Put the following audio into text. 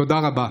תודה רבה.